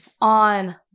on